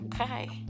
okay